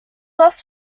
loss